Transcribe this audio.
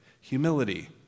Humility